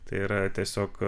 tai yra tiesiog